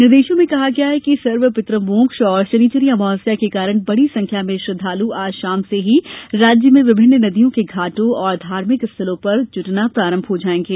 निर्देशों में कहा गया है कि सर्वपितमोक्ष एवं शनिश्चरी अमावस्या के कारण बड़ी संख्या में श्रद्धालु आज शाम से ही राज्य में विभिन्न नदियों के घाटों और धार्मिक स्थलों पर जुटना प्रारंभ हो जाएंगे